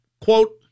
quote